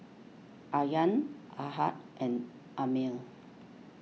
Aryan Ahad and Ammir